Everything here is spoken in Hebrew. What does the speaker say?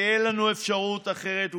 כי אין לנו אפשרות אחרת,